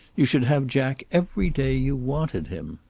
you should have jack every day you wanted him.